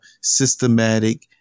systematic